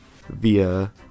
via